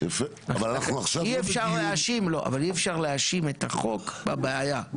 אבל אי אפשר להאשים את החוק בבעיה,